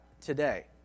today